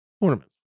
ornaments